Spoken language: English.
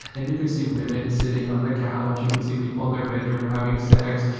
and you could see women sitting on the couch. you could see people in their bedroom, having sex.